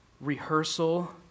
rehearsal